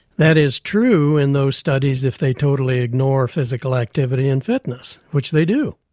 that is true in those studies if they totally ignore physical activity and fitness, which they do.